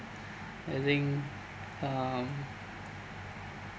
I think um